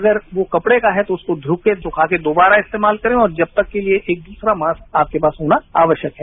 अगर वो कपड़े का है तो उसे धोकर सुखाकर दोबारा इस्तेमाल करें और जब तक के लिए एक दूसरा मास्क आपके पास होना आवश्यक है